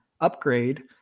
upgrade